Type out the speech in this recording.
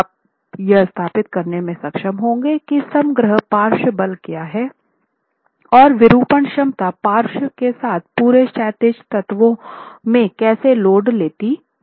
आप यह स्थापित करने में सक्षम होंगे कि समग्र पार्श्व बल क्या है और विरूपण क्षमता पार्श्व के साथ पूरे क्षैतिज तत्वों में कैसे लोड लेती है